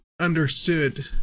understood